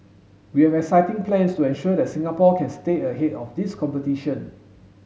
we have exciting plans to ensure that Singapore can stay ahead of this competition